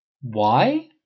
Why